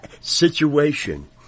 situation